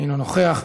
אינו נוכח.